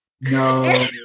No